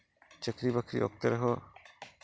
ᱪᱟᱹᱠᱨᱤ ᱵᱟᱹᱠᱨᱤ ᱚᱠᱛᱮ ᱨᱮᱦᱚᱸ